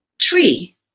tree